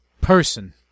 person